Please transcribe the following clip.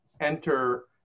enter